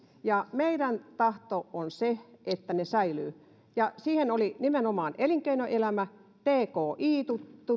ja meidän tahtomme on se että ne säilyvät nimenomaan elinkeinoelämä tki